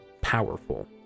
powerful